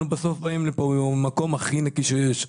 באים מהמקום הכי נקי שיש,